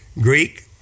Greek